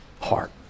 heart